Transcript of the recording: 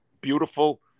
beautiful